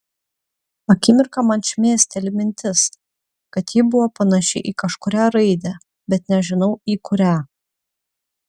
akimirką man šmėsteli mintis kad ji buvo panaši į kažkurią raidę bet nežinau į kurią